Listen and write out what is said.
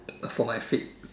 for my fit